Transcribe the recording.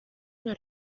una